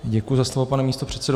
Děkuji za slovo, pane místopředsedo.